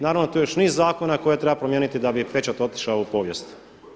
Naravno tu je još niz zakona koje treba promijeniti da bi pečat otišao u povijest.